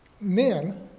men